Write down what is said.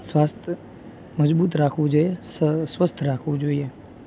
સ્વાસ્થ્ય મજબૂત રાખવું જોઈએ શ સ્વસ્થ રાખવું જોઈએ